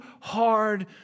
hard